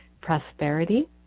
prosperity